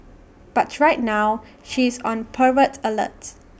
but right now she is on pervert alert